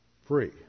Free